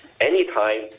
Anytime